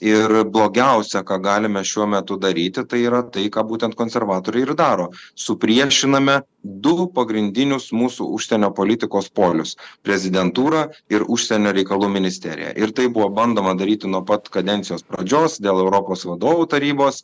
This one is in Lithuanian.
ir blogiausia ką galime šiuo metu daryti tai yra tai ką būtent konservatoriai ir daro supriešiname du pagrindinius mūsų užsienio politikos polius prezidentūrą ir užsienio reikalų ministeriją ir tai buvo bandoma daryti nuo pat kadencijos pradžios dėl europos vadovų tarybos